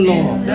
Lord